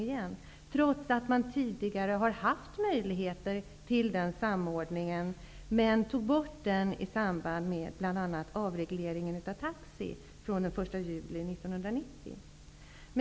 Detta blev fallet trots att det tidigare har funnits möjlighet till en sådan samordning -- den möjligheten togs bort i samband med avregleringen av taxi den 1 juli 1990.